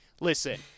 Listen